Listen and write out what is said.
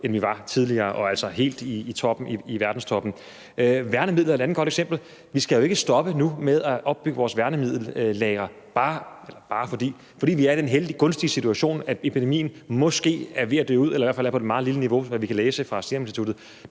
end vi var tidligere, og altså helt i verdenstoppen. Værnemidler er et andet godt eksempel. Vi skal jo ikke stoppe nu med at opbygge vores værnemiddellagre, fordi vi er i den gunstige situation, at epidemien måske er ved at dø ud eller i hvert fald er på et meget lavt niveau, efter hvad vi kan læse fra Seruminstituttet.